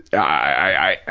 i,